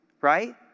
right